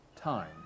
time